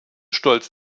stolz